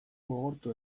gogortu